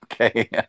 Okay